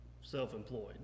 self-employed